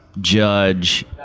Judge